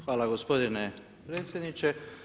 Hvala gospodine predsjedniče.